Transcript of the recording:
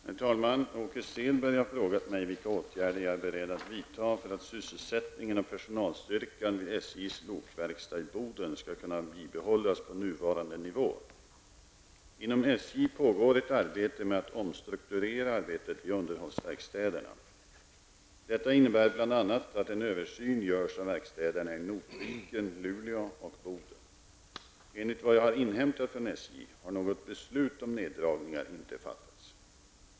Herr talman! Åke Selberg har frågat mig vilka åtgärder jag är beredd att vidta för att sysselsättningen och personalstyrkan vid SJs lokverkstad i Boden skall kunna bibehållas på nuvarande nivå. Inom SJ pågår ett arbete med att omstrukturera arbetet vid underhållsverkstäderna. Detta innebär bl.a. att en översyn görs av verkstäderna i Notviken, Luleå och Boden. Enligt vad jag har inhämtat från SJ har något beslut om neddragningar inte fattats.